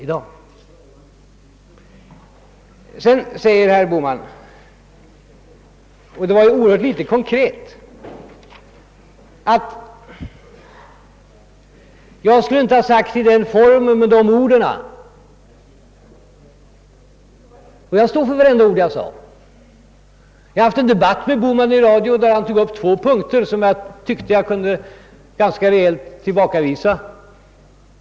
Vidare menade herr Bohman — vad han sade var oerhört litet konkret — att jag inte skulle ha sagt vad jag sade i den form och med de ord som jag använde. Jag står för vartenda ord som jag sade. Jag har fört en debatt i radio med herr Bohman, där denne tog upp två punkter på vilka jag tyckte att jag ganska rejält kunde tillbakavisa hans kritik.